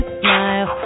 smile